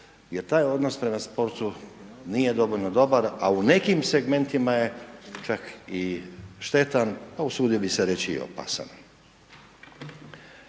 Jer taj odnos prema sportu nije dovoljno dobar, a u nekim segmentima je čak i štetan, a usudio bi se reći i opasan.